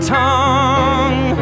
tongue